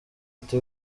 ati